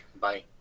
Bye